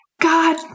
God